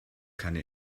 keine